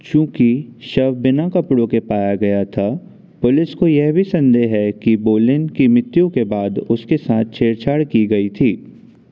चूँकि शव बिना कपड़ों के पाया गया था पुलिस को यह भी संदेह है कि बोलिन की मृत्यु के बाद उसके साथ छेड़छाड़ की गई थी